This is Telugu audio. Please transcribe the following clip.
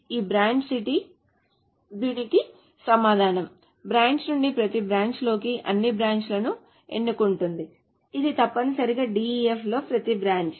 ఈ బ్రాంచ్ సిటీ దీనికి సమానం ఈ బ్రాంచ్ నుండి ప్రతి బ్రాంచ్ లోని అన్ని బ్రాంచ్ లను ఎన్నుకుంటుంది ఇది తప్పనిసరిగా సిటీ DEF లోని ప్రతి బ్రాంచ్